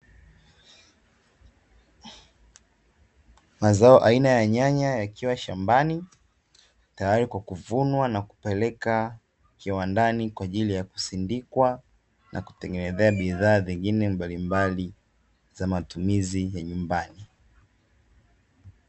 Mazao aina ya nyanya yakiwa shambani tayari kwa kuvunwa na kupelekwa kiwandani, kwa ajili ya kusindikwa na kutengenezea bidhaa nyingine mbalimbali za matumizi ya majumbani.